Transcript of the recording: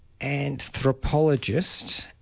anthropologist